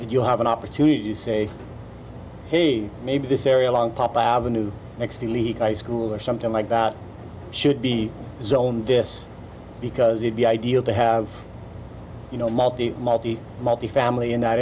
you have an opportunity to say hey maybe this area along pop avenue next to leak i school or something like that should be zoned this because it be ideal to have you know multi multi multi family in that